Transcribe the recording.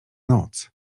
noc